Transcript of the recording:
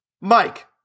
Mike